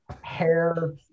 hair